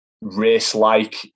race-like